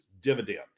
dividend